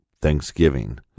Thanksgiving